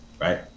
Right